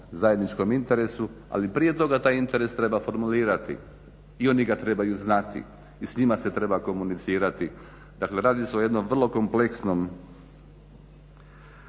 zajedničkom interesu. Ali prije toga taj interes treba formulirati i oni ga trebaju znati i s njima se treba komunicirati. Dakle, radi se o jednom vrlo kompleksnom